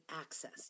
access